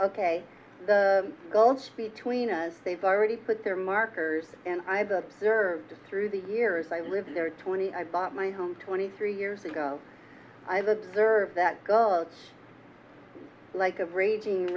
ok the gulf between us they've already put their markers and i've observed through the years i live there are twenty i bought my home twenty three years ago i've observed that gulch like a raging